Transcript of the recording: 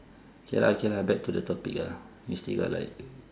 K lah okay lah back to the topic ah we still got like